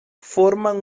forman